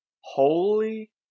holy